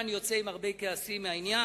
בכלל, אני יוצא עם הרבה כעסים מהעניין,